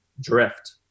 drift